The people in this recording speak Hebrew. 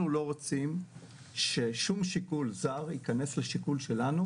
אנחנו לא רוצים ששום שיקול זר ייכנס לשיקול שלנו